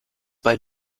bei